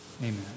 Amen